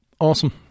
Awesome